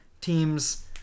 teams